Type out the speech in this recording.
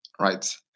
right